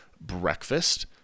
breakfast